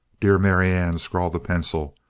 dear marianne, scrawled the pencil,